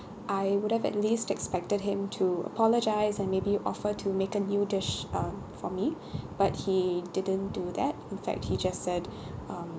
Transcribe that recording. I would have at least expected him to apologise and maybe offer to make a new dish uh for me but he didn't do that in fact he just said um